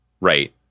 right